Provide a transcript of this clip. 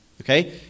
Okay